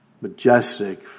majestic